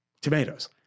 tomatoes